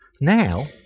Now